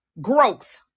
growth